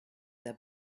their